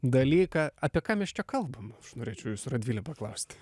dalyką apie ką mes čia kalbam aš norėčiau jūsų radvile paklausti